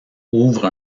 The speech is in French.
ouvre